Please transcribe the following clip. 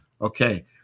okay